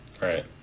Right